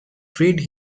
freed